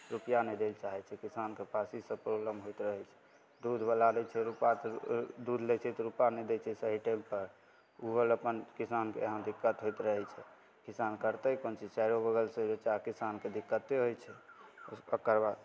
रुपैआ नहि दै ले चाहै छै किसानके पास ईसब प्रॉब्लम होइत रहै छै दूधवला लै छै रुपा तऽ दूध लै छै तऽ रुपा नहि दै छै सही टाइमपर ओहो ले अपन किसानके यहाँ दिक्कत होइत रहै छै किसान करतै कोन चीज चारो बगलसे किसानके दिक्कते होइ छै ओकर बाद